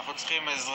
אנחנו צריכים עזרה.